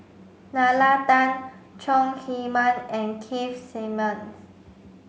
Nalla Tan Chong Heman and Keith Simmons